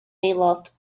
aelod